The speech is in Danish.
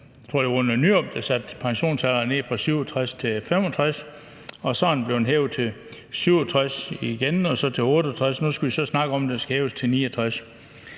jeg var under Nyrup, der satte pensionsalderen ned fra 67 år til 65 år. Så er den blevet hævet til 67 år igen og så til 68 år, og nu skal vi så snakke om, om den skal hæves til 69